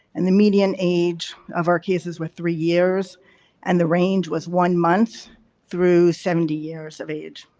and the median age of our cases were three years and the range was one month through seventy years of age.